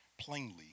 plainly